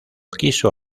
quiso